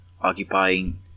occupying